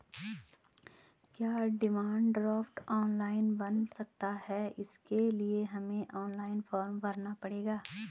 क्या demand draft online बन सकता है इसके लिए हमें ऑनलाइन फॉर्म भरना पड़ेगा?